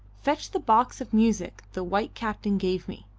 fetch the box of music the white captain gave me.